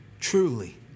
Truly